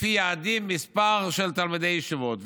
לפי יעדים, מספר מסוים של תלמידי ישיבות.